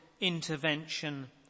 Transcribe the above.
intervention